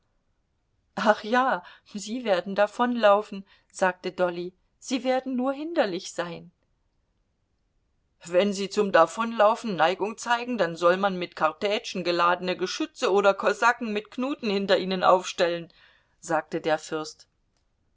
ach ja sie werden davonlaufen sagte dolly sie werden nur hinderlich sein wenn sie zum davonlaufen neigung zeigen dann soll man mit kartätschen geladene geschütze oder kosaken mit knuten hinter ihnen aufstellen sagte der fürst